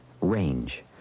range